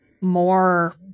more